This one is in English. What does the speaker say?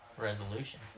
Resolution